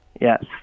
Yes